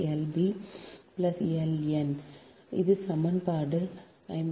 Lnn இது சமன்பாடு 51